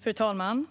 Fru talman!